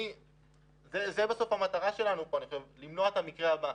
זאת בסוף המטרה שלנו, למנוע את המקרה הבא.